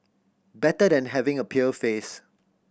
better than having a pale face